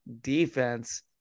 defense